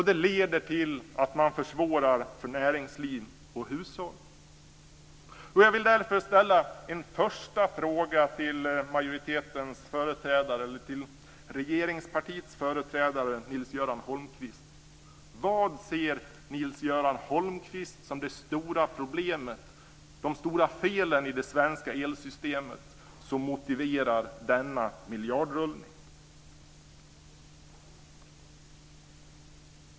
Det leder till att man försvårar för näringsliv och hushåll. Jag vill därför ställa en första fråga till regeringspartiets företrädare Nils-Göran Holmqvist. Vad ser Nils-Göran Holmqvist som det stora problemet och de stora felen i det svenska elsystemet som motiverar denna miljardrullning?